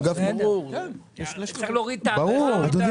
אנחנו